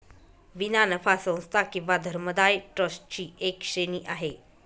विना नफा संस्था किंवा धर्मदाय ट्रस्ट ची एक श्रेणी आहे